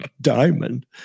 diamond